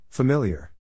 Familiar